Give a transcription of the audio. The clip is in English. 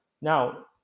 Now